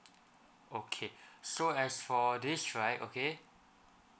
okay so as for this right okay